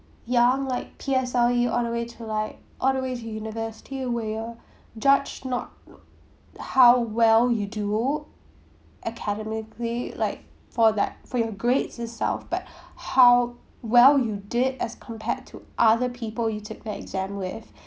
ya like P_S_L_E all the way to like all the way to university where you're judged not how well you do academically like for that for your grades itself but how well you did as compared to other people you took the exam with